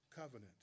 covenant